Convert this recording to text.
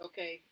Okay